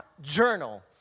Journal